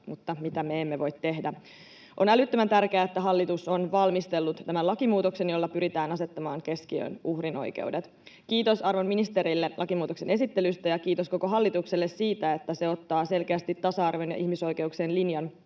silmät, mitä me emme voi tehdä. On älyttömän tärkeää, että hallitus on valmistellut tämän lakimuutoksen, jolla pyritään asettamaan keskiöön uhrin oikeudet. Kiitos arvon ministerille lakimuutoksen esittelystä ja kiitos koko hallitukselle siitä, että se ottaa selkeästi tasa-arvon ja ihmisoikeuksien linjan